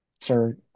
Sir